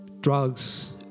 Drugs